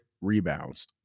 rebounds